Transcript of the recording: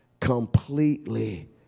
completely